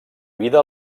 vida